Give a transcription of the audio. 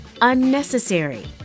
unnecessary